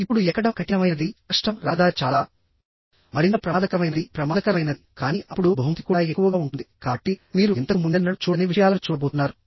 ఇప్పుడు ఎక్కడం కఠినమైనది కష్టం రహదారి చాలా మరింత ప్రమాదకరమైనది ప్రమాదకరమైనది కానీ అప్పుడు బహుమతి కూడా ఎక్కువగా ఉంటుంది కాబట్టి మీరు ఇంతకు ముందెన్నడూ చూడని విషయాలను చూడబోతున్నారు